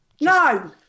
No